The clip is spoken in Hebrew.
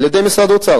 על-ידי משרד האוצר,